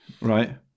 right